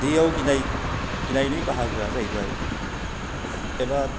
दैयाव गिनाय गिनायनि बाहागोआ जाहैबाय एबा